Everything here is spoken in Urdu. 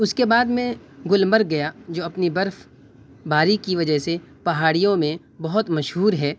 اس کے بعد میں گلمرگ گیا جو اپنی برف باری كی وجہ سے پہاڑیوں میں بہت مشہور ہے